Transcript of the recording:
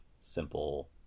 simple